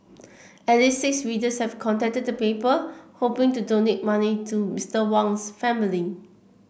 at least six readers have contacted the paper hoping to donate money to Mr Wang's family